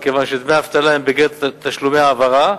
מכיוון שדמי אבטלה הם בגדר תשלומי העברה,